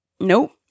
nope